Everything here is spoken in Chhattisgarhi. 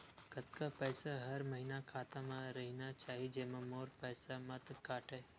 कतका पईसा हर महीना खाता मा रहिना चाही जेमा मोर पईसा मत काटे?